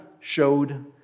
showed